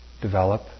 develop